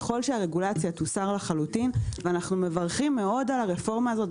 אנחנו מברכים מאוד על הרפורמה הזאת,